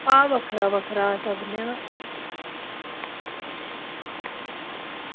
भाव बक्खरा बक्खरा सभनें दा